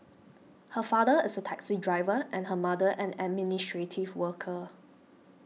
her father is a taxi driver and her mother an administrative worker